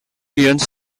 guions